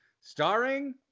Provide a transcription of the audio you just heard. starring